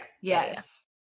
Yes